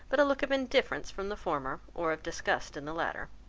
but a look of indifference from the former, or of disgust in the latter.